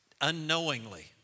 unknowingly